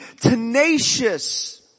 tenacious